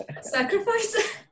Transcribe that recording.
sacrifice